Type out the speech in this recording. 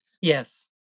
Yes